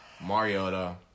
Mariota